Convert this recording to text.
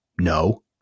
No